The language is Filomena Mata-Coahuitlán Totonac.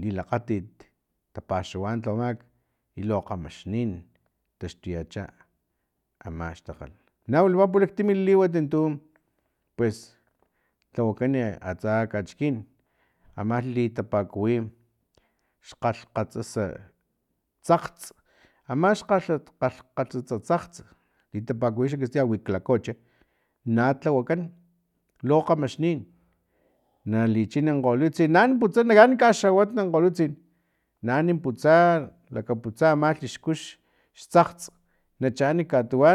lilakgatit tapaxawan tlawamak i lo kgamaxnin taxtuyacha ama xtakgal na wilapa pulaktimi liwat untu pues lhawakani atsa kachikin ama li tapakuwi xkgalhkgatsasa tsakgts ama xkgalhkgatsasa tsakgts litapakiwi xa castilla huitlacoche na tlawakan lu kgamaxnin na lichina kgolutsin naan putsu naan kaxawatni kgolutsin na ani putsa lakaputsa ama chixku xkux xtsakgts na chanan katuwan